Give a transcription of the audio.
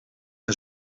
een